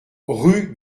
rue